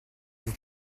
vous